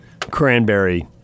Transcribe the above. cranberry